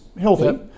healthy